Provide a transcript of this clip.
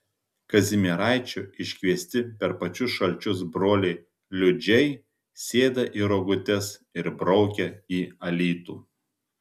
kazimieraičio iškviesti per pačius šalčius broliai liudžiai sėda į rogutes ir braukia į alytų